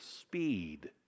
speed